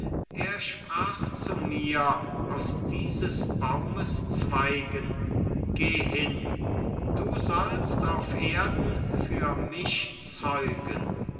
er sprach zu mir aus dieses baumes zweigen geh hin du sollst auf erden für mich zeugen